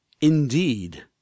Indeed